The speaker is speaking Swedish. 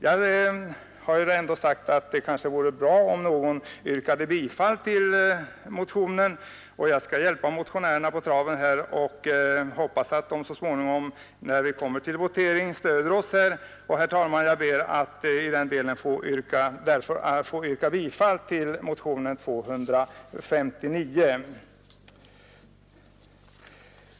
Jag har sagt att det kanske ändå vore bra om någon yrkade bifall till motionen, och jag skall hjälpa motionärerna på traven och hoppas att de så småningom, när vi kommer till voteringen, stöder oss här. Jag ber därför, herr talman, att få yrka bifall till motionen 259.